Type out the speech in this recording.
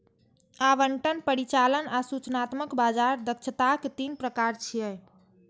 आवंटन, परिचालन आ सूचनात्मक बाजार दक्षताक तीन प्रकार छियै